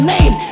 Name